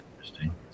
interesting